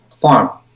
farm